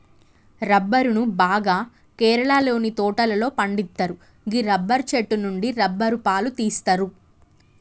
రబ్బరును బాగా కేరళలోని తోటలలో పండిత్తరు గీ రబ్బరు చెట్టు నుండి రబ్బరు పాలు తీస్తరు